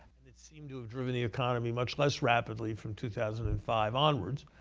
and it seemed to have driven the economy much less rapidly from two thousand and five onwards.